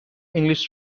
english